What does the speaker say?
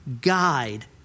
guide